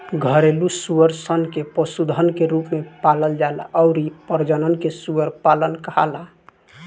घरेलु सूअर सन के पशुधन के रूप में पालल जाला अउरी प्रजनन के सूअर पालन कहाला